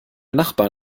nachbarn